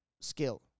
skill